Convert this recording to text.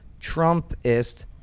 trumpist